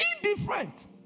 indifferent